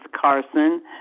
carson